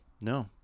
no